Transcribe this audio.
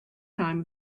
time